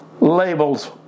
Labels